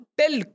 tell